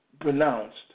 pronounced